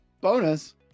Bonus